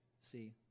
see